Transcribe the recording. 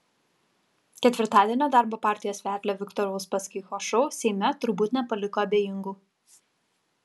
ketvirtadienio darbo partijos vedlio viktoro uspaskicho šou seime turbūt nepaliko abejingų